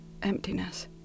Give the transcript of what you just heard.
Emptiness